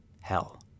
hell